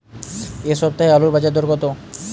এ সপ্তাহে আলুর বাজার দর কত?